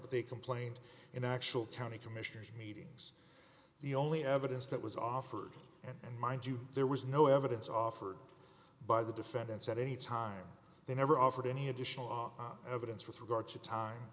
but they complained in actual county commissioners meetings the only evidence that was offered and mind you there was no evidence offered by the defendants at any time they never offered any additional evidence with regard to time